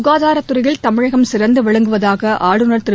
சுகாதாரத் துறையில் தமிழகம் சிறந்து விளங்குவதாக ஆளுநர் திரு